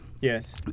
Yes